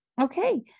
Okay